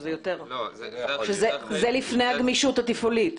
זה לפני הגמישות התפעולית.